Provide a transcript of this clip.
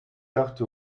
dachte